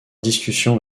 discussion